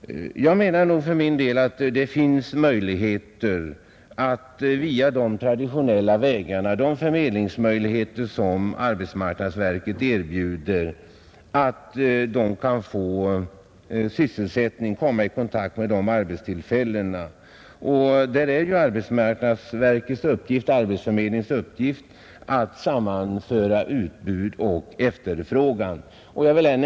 Jag anser att det finns möjligheter att via de traditionella vägarna — den förmedling som arbetsmarknadsverket erbjuder — ge dessa människor arbete och möjligheter att komma i kontakt med de arbetstillfällen som finns. Därvidlag är det arbetsmarknadsverkets och arbetsförmedlingarnas uppgift att sammanföra utbud och efterfrågan. Herr talman!